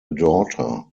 daughter